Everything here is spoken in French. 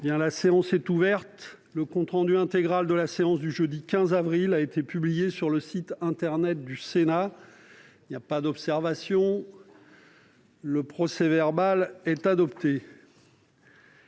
La séance est ouverte. Le compte rendu intégral de la séance du jeudi 15 avril 2021 a été publié sur le site internet du Sénat. Il n'y a pas d'observation ?... Le procès-verbal est adopté.